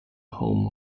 home